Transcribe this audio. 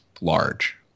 large